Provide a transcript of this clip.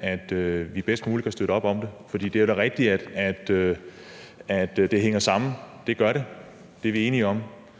at vi bedst muligt kan støtte op om det? Det er da rigtigt, at det hænger sammen. Det gør det, det er vi enige om.